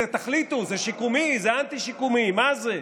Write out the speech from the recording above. תחליטו, זה שיקומי, זה אנטי- שיקומי, מה זה?